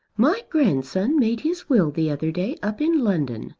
my grandson made his will the other day up in london,